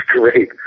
Great